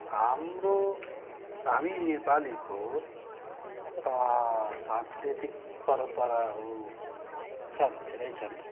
हाम्रो हामी नेपालीको सांस्कृतिक परम्पराहरू छन् धेरै छन्